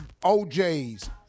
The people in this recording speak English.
OJs